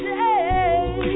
day